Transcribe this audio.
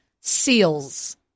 seals